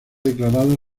declarado